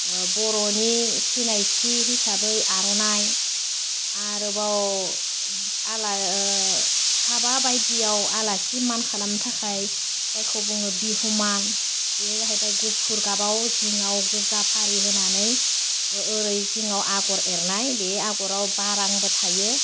बर'नि सिनायथि हिसाबै आर'नाइ आरोबाव हाबा बायदियाव आलासि मान खालामनो थाखाइ जायखौ बुङो बिहुमान बियो जाहैबाय गुफुर गाबाव जिङाव गोजा फारि होनानै ओरै जिङाव आग'र एरनाय बे आग'राव बा रांबो थायो